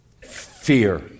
Fear